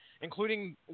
including